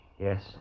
Yes